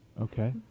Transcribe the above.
Okay